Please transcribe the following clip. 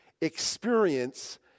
experience